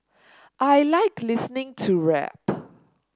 I like listening to rap